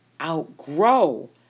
outgrow